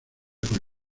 con